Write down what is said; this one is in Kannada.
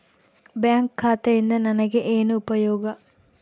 ಬ್ಯಾಂಕ್ ಖಾತೆಯಿಂದ ನನಗೆ ಏನು ಉಪಯೋಗ?